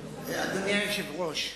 אדוני היושב-ראש,